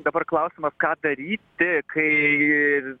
dabar klausimas ką daryti kai